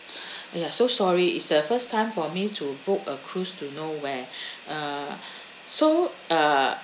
ya so sorry it's the first time for me to book a cruise to nowhere uh so uh